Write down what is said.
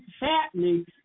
happening